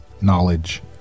knowledge